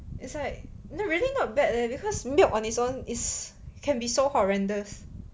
it's like no really not bad leh because milk on its own is can be so horrendous